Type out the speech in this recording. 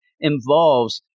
involves